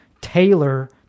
Taylor